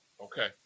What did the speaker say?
okay